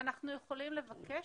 אנחנו יכולים לבקש,